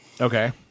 Okay